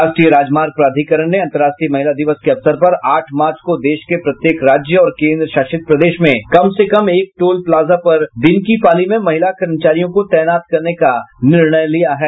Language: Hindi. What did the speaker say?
राष्ट्रीय राजमार्ग प्राधिकरण ने अंतर्राष्ट्रीय महिला दिवस के अवसर पर आठ मार्च को देश के प्रत्येक राज्य और केंद्र शासित प्रदेश में कम से कम एक टोल प्लाजा पर दिन की पाली में महिला कर्मचारियों को तैनात करने का निर्णय लिया है